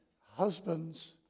husbands